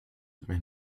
wenn